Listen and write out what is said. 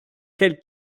quel